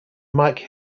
mike